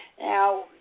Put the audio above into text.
Now